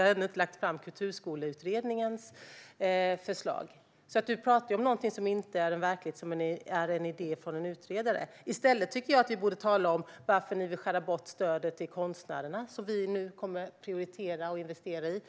Roland Utbult talar alltså om något som inte är verklighet utan en idé från en utredare. I stället borde vi tala om varför ni vill skära bort stödet till konstnärerna, ett stöd som vi prioriterar och investerar i.